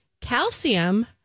calcium